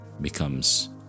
becomes